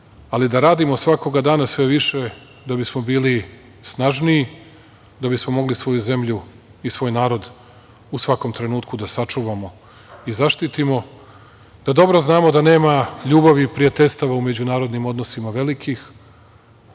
ali da radimo svakoga dana sve više da bismo bili snažniji, da bismo mogli svoju zemlju i svoj narod u svakom trenutku da sačuvamo i zaštitimo, da dobro znamo da nema ljubavi i prijateljstava u međunarodnim odnosima velikih,